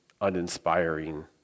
uninspiring